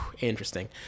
Interesting